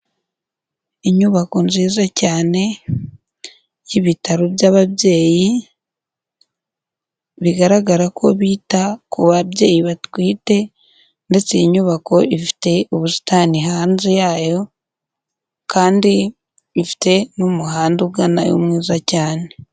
Inyubako nziza cyane y'ibitaro by'ababyeyi, bigaragara ko bita ku babyeyi batwite ndetse iyi nyubako ifite ubusitani hanze yayo kandi ifite n'umuhanda uganayo mwiza cyane.